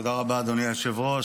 תודה רבה, אדוני היושב-ראש.